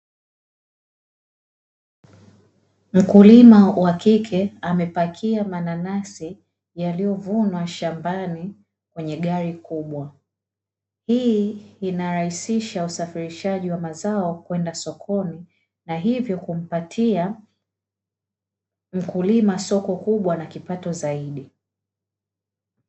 Mkulima wa kike amepakia mananasi yaliyovunwa shambani kwenye gari kubwa, hii inarahisisha usafirishaji wa mazao kwenda sokoni na hivyo kumpatia mkulima soko kubwa na kipato zaidi.